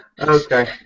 Okay